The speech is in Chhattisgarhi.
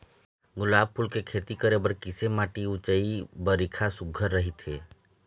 गुलाब फूल के खेती करे बर किसे माटी ऊंचाई बारिखा सुघ्घर राइथे?